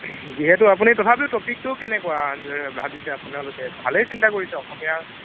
যিহেতু আপুনি তথাপিও টপিকটো কেনেকুৱা ভাবিছে আপোনালোকে ভালেই চিন্তা কৰিছে অসমীয়া